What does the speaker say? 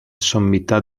sommità